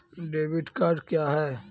Debit card क्या हैं?